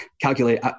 calculate